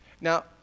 Now